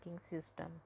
system